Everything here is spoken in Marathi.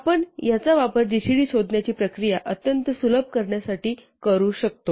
आपण याचा वापर जीसीडी शोधण्याची प्रक्रिया अत्यंत सुलभ करण्यासाठी करू शकतो